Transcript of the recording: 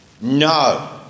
No